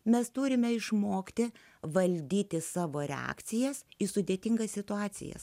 mes turime išmokti valdyti savo reakcijas į sudėtingas situacijas